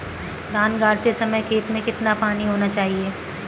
धान गाड़ते समय खेत में कितना पानी होना चाहिए?